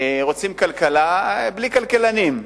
רוצים כלכלה, בלי כלכלנים.